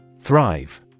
Thrive